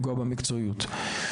לפגוע במקצועיות.